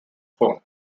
form